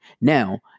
Now